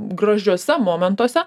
gražiuose momentuose